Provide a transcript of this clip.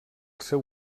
seu